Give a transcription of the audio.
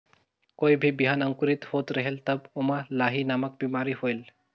कोई भी बिहान अंकुरित होत रेहेल तब ओमा लाही नामक बिमारी होयल?